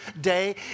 day